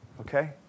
Okay